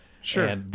Sure